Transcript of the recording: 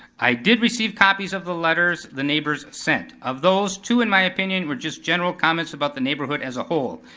i did receive copies of the letters the neighbors sent. of those, two in my opinion were just general comments about the neighborhood as a whole.